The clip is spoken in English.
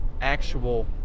actual